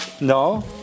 No